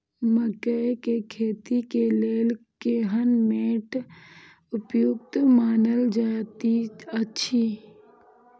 मकैय के खेती के लेल केहन मैट उपयुक्त मानल जाति अछि?